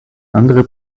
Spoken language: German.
andere